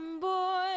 boy